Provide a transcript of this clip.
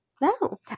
no